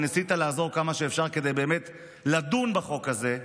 וניסית לעזור כמה שאפשר כדי באמת לדון בחוק הזה.